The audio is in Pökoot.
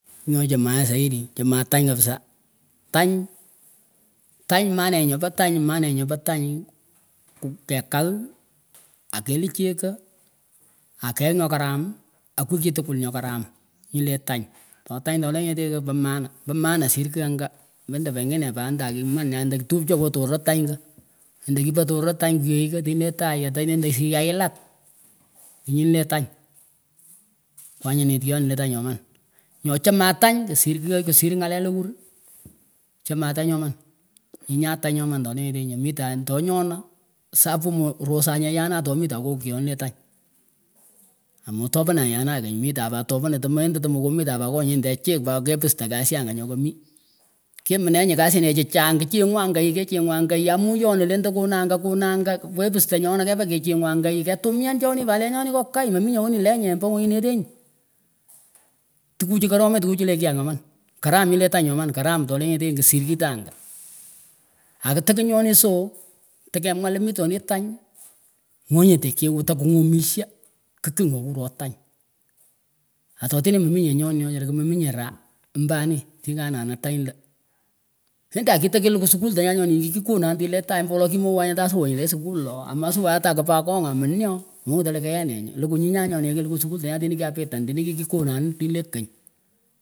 Kigh nyon chamaeh zaidi chamah tany kabisa tany tany monenyih pa tany manenyih nyopa tany kuh kekak akeluh chekah akey nyoh karam akwiychil tkwul nyoh karam nyileh tany totany tolenyeteh pah maana pah maana sir kigh angah mendah pengine pat ndah kih maan nyandah tupchoh nyo torot tonyekeh endah kipah torot tany kwihkan tinih le tagh atalendah hiyah yilat nyinleh tany kwanyit kyonah leh tany nyoman nyo chamah tany kusir ngaleh lewur chamah tany nyoman nyinyah tany nyoman tolenyetenyin mitaan toh nyonah sapuh moh rosanyah yonah tomitah ngoh kyonih leh tany omoh toponanyeh yanakang mitah pat topanah timah enda temokamiltan nyon nyindeh chik pat kepustan kasi angah nyoh kamih keminemyih kasinechi chang kichienguh angunyih kechenguh anghah yih amuh chonah lendah konangah konangah kepistah nyonah kepah kechenguh angah yii ketumiana chinih pat lenyoni kokai meminyeh weni lenyeh mbo ngunyinetenyih tukuchuh kwitomach chileh kiyak nyoman karam nyileh tany nyoman karam tote nyetenyi ksir kitangah akitekinyonih so tekemwah la mitonih tany ngonyeteh kiuh tunguh omishah kikugh nyoh kuruh tany atotenah meminyeh nyonih ooh wechara kimeminyeh raha mbo anih tinih kananan tany lah endah kitakulukuh skull tah nyan nyonih nyih kikikonanin tinleh tagh lah endah kitakulukuh skull tah nyan nyonih nyi kikikonanin tinleh tagh wolo kimowanyeh tah siwah nyile skull loh amasiwah skull loh amasiwah atak kapa akogha ameh neeoh mongitenyeh leh keaneh nyuh likuh nyinyan nyonih nyoh kiluku shultanyan tini kyahpitan tinih kikikonanin tinilale kany.